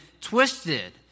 twisted